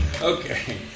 Okay